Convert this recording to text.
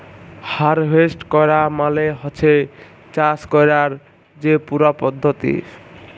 harvest ক্যরা মালে হছে চাষ ক্যরার যে পুরা পদ্ধতি